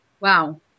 Wow